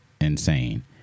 insane